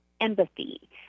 empathy